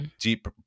Deep